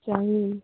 ଚାରି